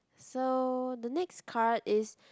so the next card is